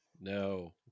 No